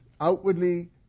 outwardly